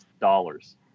dollars